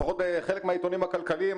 לפחות חלק מהעיתונים הכלכליים,